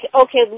okay